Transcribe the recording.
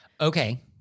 Okay